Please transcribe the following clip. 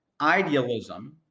idealism